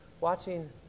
watching